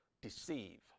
deceive